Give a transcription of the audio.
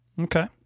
Okay